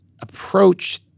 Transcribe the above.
approach